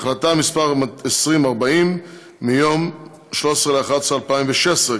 החלטה מס' 2040 מיום 11 בנובמבר 2016,